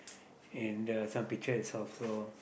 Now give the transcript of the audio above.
and the some pictures is also